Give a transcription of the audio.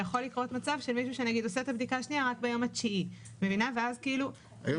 יכול לקרות מצב שמישהו עושה את הבדיקה רק ביום התשיעי ואז היו